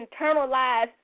internalized